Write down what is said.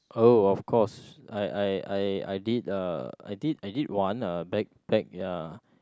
oh of course I I I I did uh I did I did one uh backpack ya